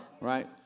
Right